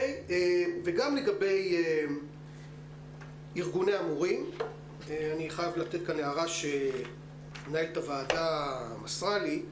גם לגבי ארגוני המורים אני חייב לתת כאן הערה שמנהלת הוועדה מסרה לי,